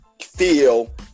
feel